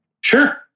Sure